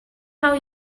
how